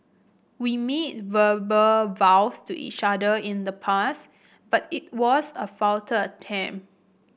we made verbal vows to each other in the past but it was a futile attempt